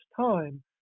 time